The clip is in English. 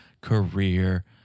career